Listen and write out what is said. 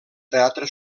teatre